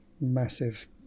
massive